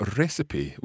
recipe